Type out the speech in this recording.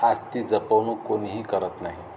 आज ती जपवणूक कोणीही करत नाही